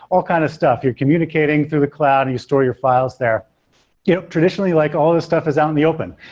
all kind of stuff. you're communicating through the cloud and you store your files there you know traditionally like all the stuff is out in the open.